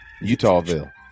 Utahville